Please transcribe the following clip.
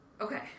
Okay